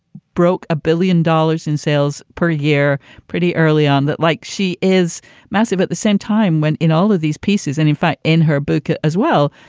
broke a billion dollars in sales per year pretty early on that like she is massive at the same time when in all of these pieces and in fact, in her book as well,